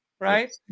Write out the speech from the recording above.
right